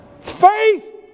faith